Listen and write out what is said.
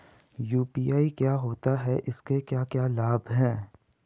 UPI क्या होता है इसके क्या क्या लाभ हैं?